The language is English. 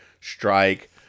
strike